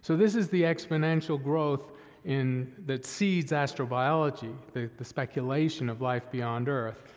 so this is the exponential growth in, that seeds astrobiology, the the speculation of life beyond earth,